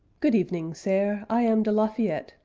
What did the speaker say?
good evening, sair i am de la fayette,